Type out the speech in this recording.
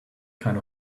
kind